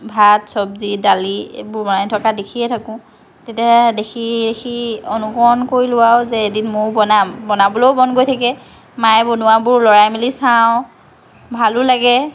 ভাত চবজি দালি এইবোৰ বনাই থকা দেখিয়েই থাকোঁ তেতিয়া দেখি দেখি অনুকৰণ কৰিলোঁ আৰু যে এদিন ময়ো বনাম বনাবলৈও মন গৈ থাকে মায়ে বনোৱাবোৰ লৰাই মেলি চাওঁ ভালো লাগে